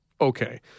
Okay